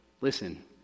Listen